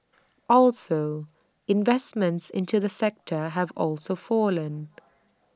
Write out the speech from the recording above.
also investments into the sector have also fallen